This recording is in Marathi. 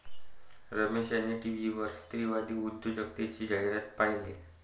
रमेश यांनी टीव्हीवर स्त्रीवादी उद्योजकतेची जाहिरात पाहिली